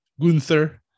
Gunther